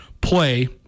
play